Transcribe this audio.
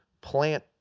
plant